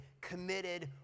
committed